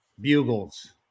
bugles